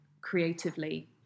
creatively